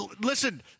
Listen